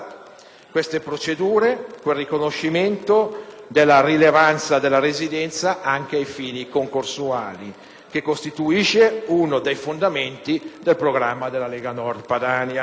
queste procedure prevedono il riconoscimento della rilevanza della residenza anche ai fini concorsuali e ciò costituisce uno dei fondamenti del programma della Lega Nord Padania.